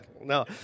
No